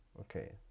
okay